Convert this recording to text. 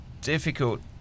difficult